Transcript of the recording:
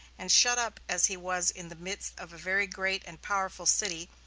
and shut up as he was in the midst of a very great and powerful city,